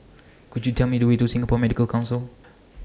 Could YOU Tell Me The Way to Singapore Medical Council